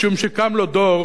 משום שקם לו דור